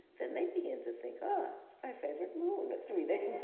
then they begin to think, oh, it's my favorite moon, a three-day